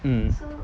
mm